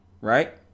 right